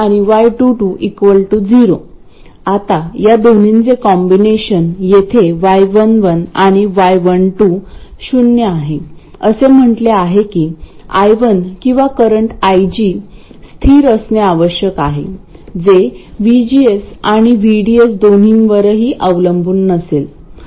आता या दोन्हींचे कॉम्बिनेशन येथे y11 आणि y12 शून्य आहे असे म्हटले आहे की I1 किंवा करंट IG स्थिर असणे आवश्यक आहे जे VGS आणि VDS दोन्ही वरही अवलंबून नसेल